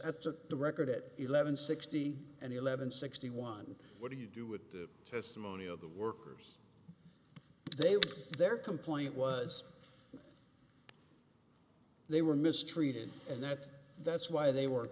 the the record it eleven sixty and eleven sixty one what do you do with the testimony of the workers they were their complaint was they were mistreated and that's that's why they were